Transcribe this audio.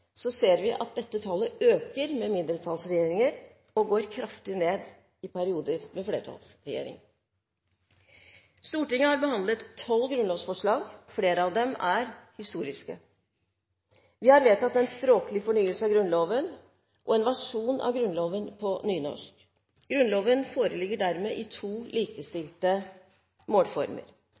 statistikken, ser vi at dette tallet øker med mindretallsregjeringer og går kraftig ned i perioder med flertallsregjering. Stortinget har behandlet 12 grunnlovsforslag, flere av dem er historiske. Vi har vedtatt en språklig fornyelse av Grunnloven og en versjon av Grunnloven på nynorsk. Grunnloven foreligger dermed i de to likestilte målformer.